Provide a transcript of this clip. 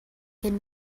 can